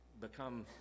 become